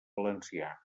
valencià